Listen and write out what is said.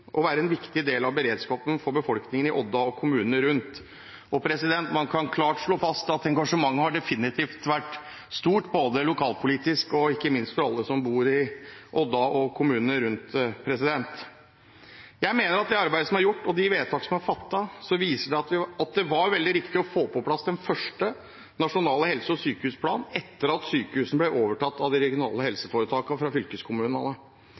skal være forsvarlig, forutsigbart, ivareta tryggheten og være en viktig del av beredskapen for befolkningen i Odda og kommunene rundt. Man kan klart slå fast at engasjementet definitivt har vært stort lokalpolitisk, blant alle som bor i Odda og kommunene rundt. Jeg mener at det arbeidet som er gjort, og de vedtakene som er fattet, viser at det var veldig riktig å få på plass den første nasjonale helse- og sykehusplanen etter at sykehusene ble overtatt av de regionale helseforetakene, fra fylkeskommunene.